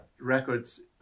records